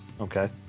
Okay